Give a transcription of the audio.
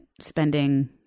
spending